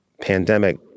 pandemic